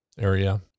area